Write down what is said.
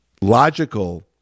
logical